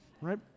right